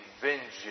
vengeance